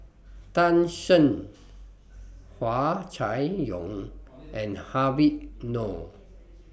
Tan Shen Hua Chai Yong and Habib Noh